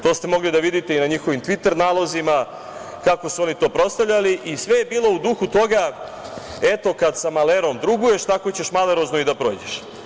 To ste mogli da vidite i na njihovim tviter nalozima kako su to proslavljali i sve je bilo u duhu toga – eto, kada sa malerom druguješ, tako ćeš malerozno i da prođeš.